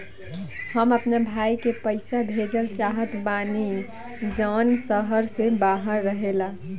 हम अपना भाई के पइसा भेजल चाहत बानी जउन शहर से बाहर रहेला